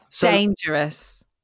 Dangerous